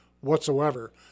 whatsoever